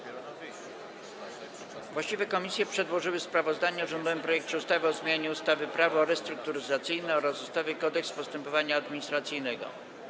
Właściwe komisje przedłożyły sprawozdanie o rządowym projekcie ustawy o zmianie ustawy Prawo restrukturyzacyjne oraz ustawy Kodeks postępowania administracyjnego.